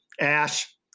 ash